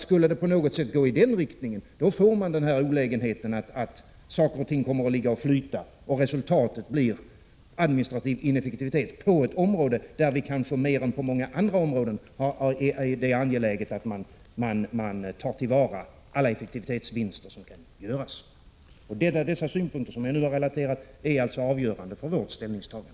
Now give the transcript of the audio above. Skulle det på något sätt gå i denna riktning får man olägenheten att saker och ting kommer att ligga och flyta, och resultatet blir administrativ ineffektivitet på ett område där det kanske mer än på många andra områden är angeläget att man tar till vara alla effektivitetsvinster som kan göras. De synpunkter som jag nu har relaterat är avgörande för vårt ställningstagande.